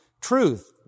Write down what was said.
Truth